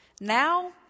Now